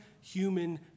human